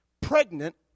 pregnant